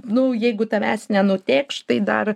nu jeigu tavęs nenutėkš tai dar